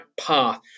path